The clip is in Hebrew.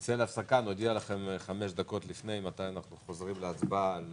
נצא להפסקה ונודיע לכם מתי אנחנו חוזרים להצבעה על